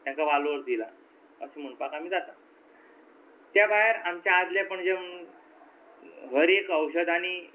तांकां वालोर दिला अशें म्हणपाक आमी जाता त्या भायर आमचे आदले पणजे व्हर एक औशदांनी